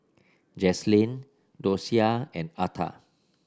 Jaslyn Dosia and Arta